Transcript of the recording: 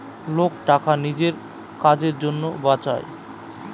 লোক টাকা নিজের কাজের জন্য বাঁচায়